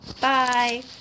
Bye